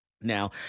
Now